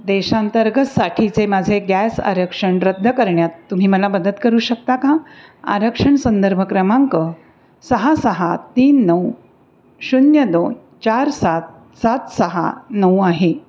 देशांतर्गतसाठीचे माझे गॅस आरक्षण रद्द करण्यात तुम्ही मला मदत करू शकता का आरक्षण संदर्भ क्रमांक सहा सहा तीन नऊ शून्य दोन चार सात सात सहा नऊ आहे